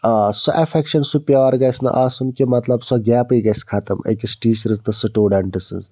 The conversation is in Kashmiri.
آ سُہ ایٚفٮ۪کشَن سُہ پیار گژھِ نہٕ آسُن کہِ مطلب سۄ گیپٕے گَژھِ ختٕم أکِس ٹیٖچرَٕس تہٕ سِٹوڈَنٹہٕ سٕنٛز